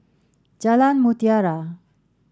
Jalan Mutiara